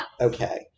okay